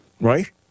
right